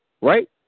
right